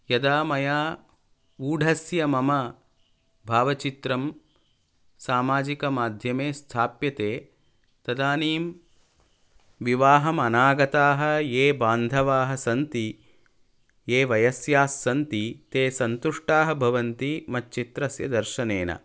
यदा मया ऊढस्य मम भावचित्रं सामाजिकमाध्यमे स्थाप्यते तदानीं विवाहमनागताः ये बान्धवाः सन्ति ये वयस्या सन्ति ते सन्तुष्टाः भवन्ति मच्चित्रस्य दर्शनेन